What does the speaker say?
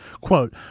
quote